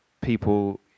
people